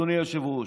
אדוני היושב-ראש.